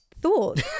thought